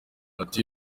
ati